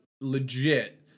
legit